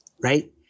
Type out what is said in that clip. right